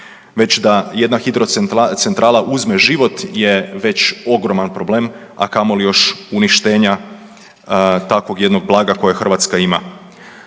Već da jedna hidrocentrala uzme život je već ogroman problem, a kamoli još uništenja takvog jednog blaga koje Hrvatska ima.